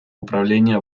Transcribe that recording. управление